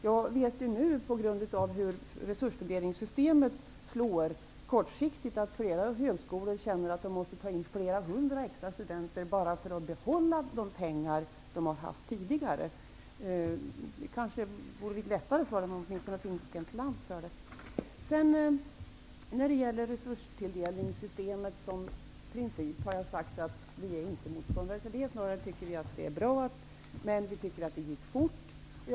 Jag vet att resursfördelningssystemet kortsiktigt slår på så sätt att flera högskolor känner att de måste ta in flera hundra extra studenter bara för att behålla de pengar de tidigare har haft. Det kanske vore litet lättare för dem om de åtminstone fick en slant för det. Vi är inte motståndare till resursfördelningssystemet som princip. Vi anser snarare att det är bra, men vi tycker att det gick för fort.